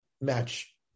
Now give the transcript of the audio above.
match